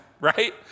right